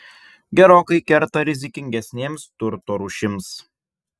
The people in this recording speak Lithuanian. gerokai kerta rizikingesnėms turto rūšims